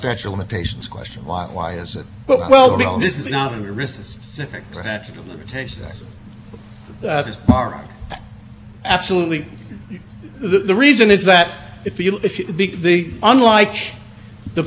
the unlike the present situation presented here where there was clear notice you were not a participant or you get a travel accident benefits result of this particular employment with the international view by contrast in that